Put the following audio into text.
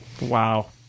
Wow